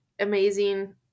amazing